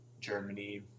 Germany